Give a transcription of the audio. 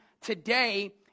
today